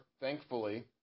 thankfully